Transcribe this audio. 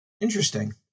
Interesting